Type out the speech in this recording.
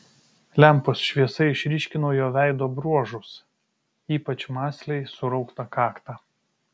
lempos šviesa išryškino jo veido bruožus ypač mąsliai surauktą kaktą